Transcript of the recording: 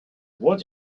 what